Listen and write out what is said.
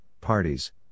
parties